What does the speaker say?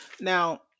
now